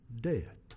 Death